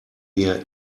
mir